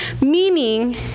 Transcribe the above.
meaning